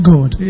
God